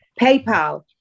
PayPal